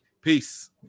Peace